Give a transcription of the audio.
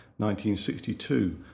1962